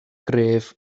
gref